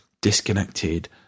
disconnected